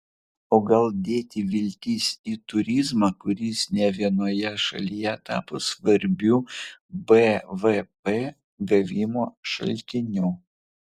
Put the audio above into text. o gal dėti viltis į turizmą kuris ne vienoje šalyje tapo svarbiu bvp gavimo šaltiniu